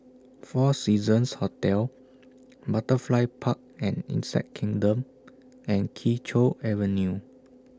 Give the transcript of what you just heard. four Seasons Hotel Butterfly Park and Insect Kingdom and Kee Choe Avenue